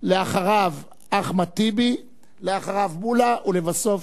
אחריו, אחמד טיבי, אחריו, מולה, לבסוף,